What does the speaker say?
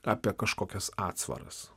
apie kažkokias atsvaras